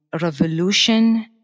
revolution